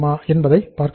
என்பதை பார்க்க வேண்டும்